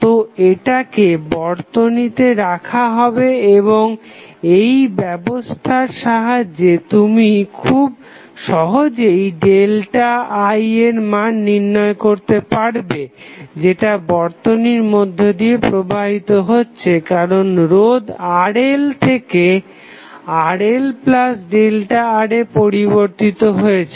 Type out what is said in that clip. তো এটাকে বর্তনীতে রাখা হবে এবং এই ব্যবস্থার সাহায্যে তুমি খুব সহজেই ΔI এর মান নির্ণয় করতে পারবে যেটা বর্তনীর মধ্যে প্রবাহিত হচ্ছে কারণ রোধ RL থেকে RLΔR এ পরিবর্তিত হয়েছে